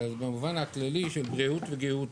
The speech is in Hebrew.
אלא במובן הכללי של ראות וגאות.